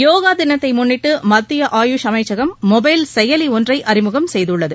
யோகா தினத்தை முன்னிட்டு மத்திய ஆயுஷ் அமைச்சகம் மொபைல் செயலி ஒன்றை அறிமுகம் செய்துள்ளது